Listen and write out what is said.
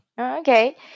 Okay